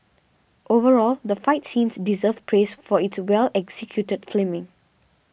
overall the fight scenes deserve praise for its well executed filming